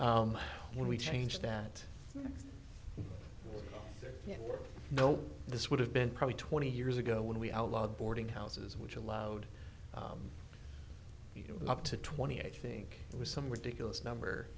you when we changed that you know this would have been probably twenty years ago when we outlawed boarding houses which allowed you up to twenty eight think it was some ridiculous number